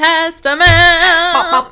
Testament